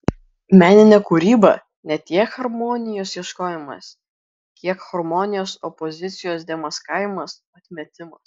meninė kūryba ne tiek harmonijos ieškojimas kiek harmonijos opozicijos demaskavimas atmetimas